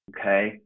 okay